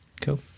Cool